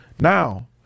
Now